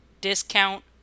discount